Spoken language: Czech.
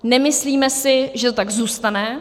Nemyslíme si, že to tak zůstane.